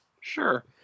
Sure